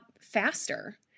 faster